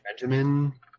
benjamin